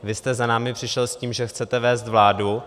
Vy jste za námi přišel s tím, že chcete vést vládu.